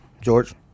George